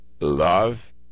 love